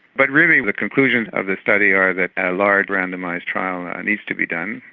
but really the conclusions of this study are that a large randomised trial and needs to be done,